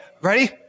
Ready